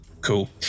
Cool